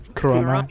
Corona